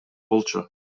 болчу